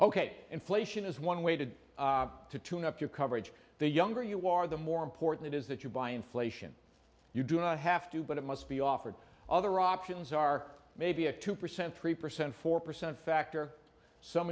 ok inflation is one way to to tune up your coverage the younger you are the more important it is that you buy inflation you do not have to but it must be offered other options are maybe a two percent three percent four percent factor some